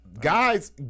guy's